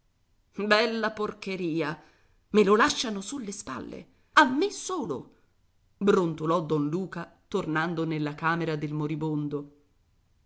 bella porcheria me lo lasciano sulle spalle a me solo brontolò don luca tornando nella camera del moribondo